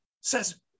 says